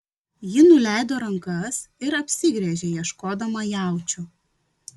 ji nuleido rankas ir apsigręžė ieškodama jaučio